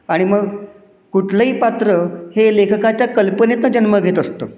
आणि मग कुठलंही पात्र हे लेखकाच्या कल्पनेतुन जन्म घेत असतं